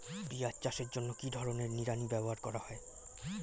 পিঁয়াজ চাষের জন্য কি ধরনের নিড়ানি ব্যবহার করা হয়?